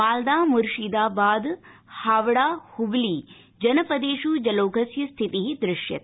माल्दा मुर्शीदाबाद हावड़ा हुबली जनपदेष् जलौघस्य स्थिति दृश्यते